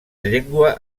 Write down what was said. llengua